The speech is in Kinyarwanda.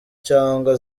cyangwa